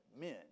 men